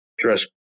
dress